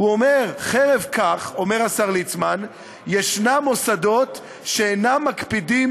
אומר השר ליצמן: "חרף כך ישנם מוסדות שאינם מקפידים